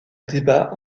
débat